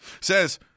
says